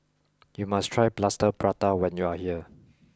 you must try Plaster Prata when you are here